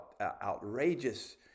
outrageous